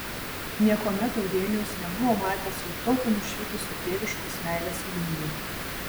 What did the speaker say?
niekuomet eugenijus nebuvo matęs jo tokio nušvitusio tėviškos meilės ugnimi